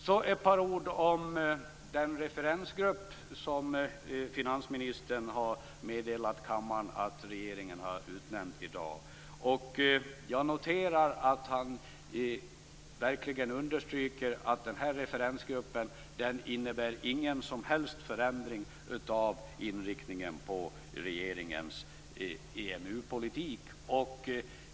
Så ett par ord om den referensgrupp som finansministern meddelade kammaren att regeringen har utnämnt i dag. Jag noterar att han verkligen understryker att referensgruppen inte innebär någon som helst förändring av inriktningen på regeringens EMU politik.